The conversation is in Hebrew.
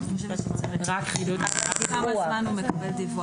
כל כמה זמן הוא מקבל דיווח,